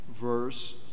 verse